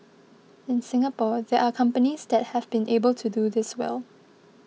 in Singapore there are companies that have been able to do this well